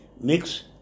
mix